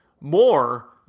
more